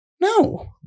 No